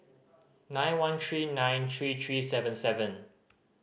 nine one three nine three three seven seven